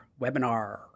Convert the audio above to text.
webinar